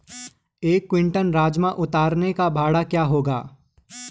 एक क्विंटल राजमा उतारने का भाड़ा क्या होगा?